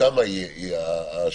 שם תהיה השוויוניות.